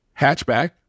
hatchback